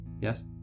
Yes